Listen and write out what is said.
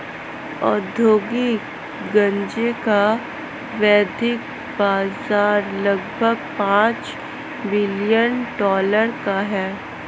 औद्योगिक गांजे का वैश्विक बाजार लगभग पांच बिलियन डॉलर का है